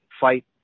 fight